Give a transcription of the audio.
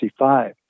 1965